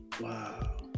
Wow